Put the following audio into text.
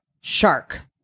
Shark